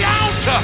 out